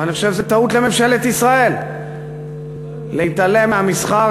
ואני חושב שזו טעות לממשלת ישראל להתעלם מהמסחר,